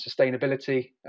sustainability